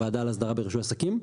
הוועדה לאסדרה ברישוי עסקים.